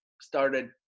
started